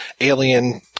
alien